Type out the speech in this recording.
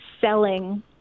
selling